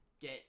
get